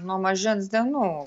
nuo mažens dienų